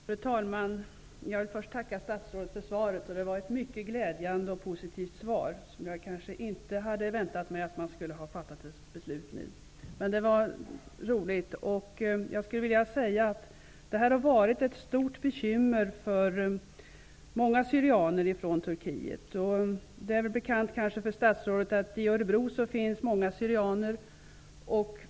Fru talman! Jag vill först tacka statsrådet för svaret. Det var ett mycket glädjande och positivt svar. Jag hade inte väntat mig att ett sådant beslut hade fattats. Den här frågan har utgjort ett stort bekymmer för många syrianer från Turkiet. Det är nog bekant för statsrådet att det i Örebro finns många syrianer.